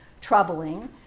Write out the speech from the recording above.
troubling